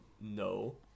no